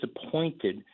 disappointed